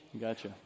Gotcha